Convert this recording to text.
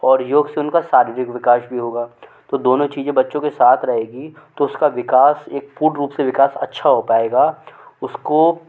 और योग से उनका शारीरिक विकास भी होगा तो दोनों चीज़ें बच्चों के साथ रहेगी तो उसका विकास एक पूर्ण रूप से विकास अच्छा हो पाएगा उसको